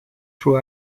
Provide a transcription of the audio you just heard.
true